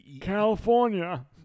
California